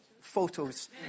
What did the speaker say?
photos